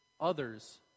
others